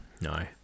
No